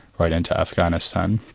right into afghanistan,